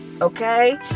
okay